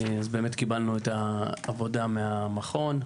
באמת קיבלנו את העבודה מהמכון,